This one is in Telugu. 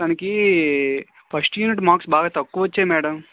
తనకు ఫస్ట్ యూనిట్ మార్క్స్ బాగా తక్కువ వచ్చాయి మ్యాడం